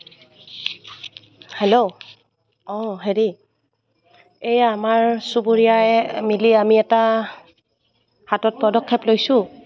hello অঁ হেৰি এই আমাৰ চুবুৰীয়াই মিলি আমি এটা হাতত পদক্ষেপ লৈছোঁ